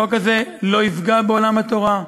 החוק הזה לא יפגע בעולם התורה.